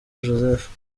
joseph